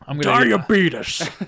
diabetes